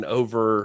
over